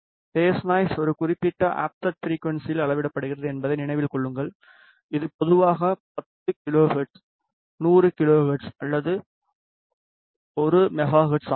base noise ஒரு குறிப்பிட்ட offset ஃபிரிக்குவன்ஸியில் அளவிடப்படுகிறது என்பதை நினைவில் கொள்ளுங்கள் இது பொதுவாக 10 கிலோ ஹெர்ட்ஸ் 100 கிலோ ஹெர்ட்ஸ் அல்லது 1 மெகா ஹெர்ட்ஸ்ஆகும்